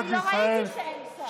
לא היה שר במליאה.